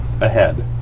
ahead